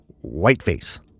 whiteface